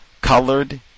colored